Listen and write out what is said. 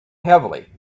heavily